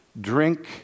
drink